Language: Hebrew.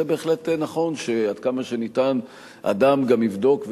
זה בהחלט נכון שעד כמה שניתן אדם גם יבדוק,